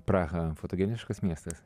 praha fotogeniškas miestas